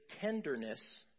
tenderness